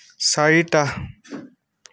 চাৰিটা